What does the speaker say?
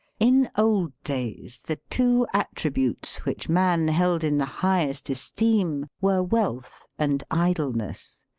in old days the two attributes which man held in the highest esteem were wealth and idleness.